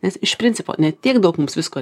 nes iš principo ne tiek daug mums visko